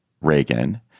Reagan